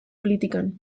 politikan